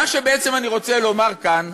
מה שבעצם אני רוצה לומר כאן,